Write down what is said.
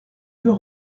deux